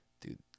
Dude